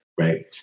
Right